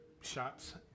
shots